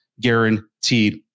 guaranteed